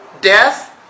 Death